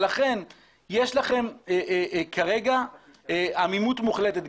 לכן יש לכם כרגע עמימות מוחלטת.